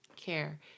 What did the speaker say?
care